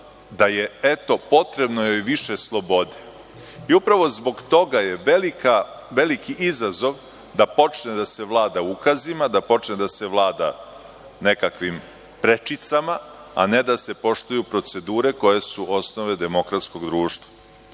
da je, eto, potrebno joj više slobode. Upravo zbog toga je veliki izazov da počne da se vlada ukazima, da počne da se vlada nekakvih prečicama, a ne da se poštuju procedure koje su osnove demokratskog društva.